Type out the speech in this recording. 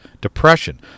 depression